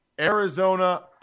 Arizona